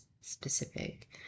specific